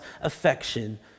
affection